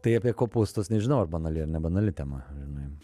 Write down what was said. tai apie kopūstus nežinau ar banali ar nebanali tema žinai